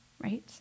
right